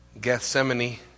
Gethsemane